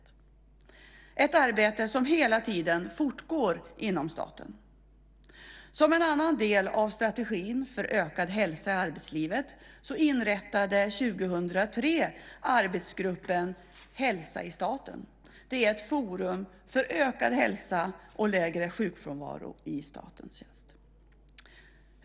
Det är ett arbete som hela tiden fortgår inom staten. Som en annan del i strategin för ökad hälsa i arbetslivet inrättades 2003 arbetsgruppen Hälsa i staten. Det är ett forum för ökad hälsa och lägre sjukfrånvaro i statens tjänst.